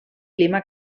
clima